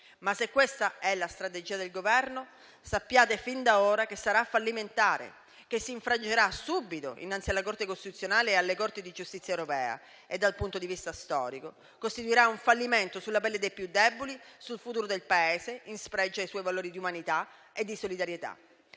è questa la strategia del Governo, sappiate fin d'ora che sarà fallimentare, si infrangerà subito innanzi alla Corte costituzionale e alla Corte di giustizia europea e, dal punto di vista storico, costituirà un fallimento sulla pelle dei più deboli e sul futuro del Paese, in spregio ai suoi valori di umanità e di solidarietà.